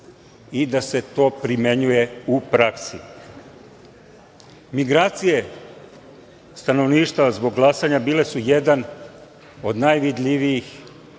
i da se to primenjuje u praksi. Migracije stanovništava zbog glasanja bile su jedan od najvidljivijih